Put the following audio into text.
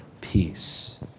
peace